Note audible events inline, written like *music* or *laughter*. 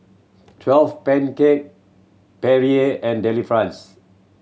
twelve *unintelligible* Perrier and Delifrance